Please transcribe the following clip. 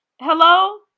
Hello